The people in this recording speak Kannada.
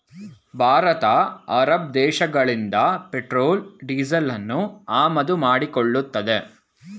ಭಾರತ ಅರಬ್ ದೇಶಗಳಿಂದ ಪೆಟ್ರೋಲ್ ಡೀಸೆಲನ್ನು ಆಮದು ಮಾಡಿಕೊಳ್ಳುತ್ತದೆ